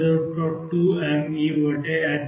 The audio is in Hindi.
L2 β2mE2 होगा